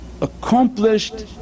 accomplished